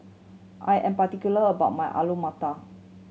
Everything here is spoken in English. I am particular about my Alu Matar